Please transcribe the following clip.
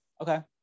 okay